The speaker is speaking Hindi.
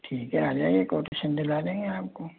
ठीक है आ जाइए कोटेशन दिलवा देंगे आपको